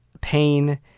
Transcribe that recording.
pain